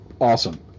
awesome